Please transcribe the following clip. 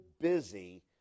busy